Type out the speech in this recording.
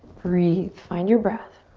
breathe, find your breath.